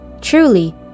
Truly